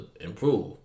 improve